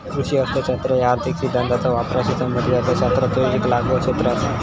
कृषी अर्थशास्त्र ह्या आर्थिक सिद्धांताचा वापराशी संबंधित अर्थशास्त्राचो येक लागू क्षेत्र असा